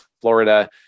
Florida